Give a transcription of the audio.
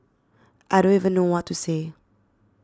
I don't even know what to say